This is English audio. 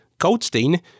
Goldstein